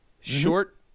short